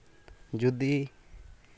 ᱡᱩᱫᱤ